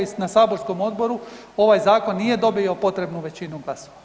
I na saborskom odboru ovaj zakon nije dobio potrebnu većinu glasova.